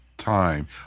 time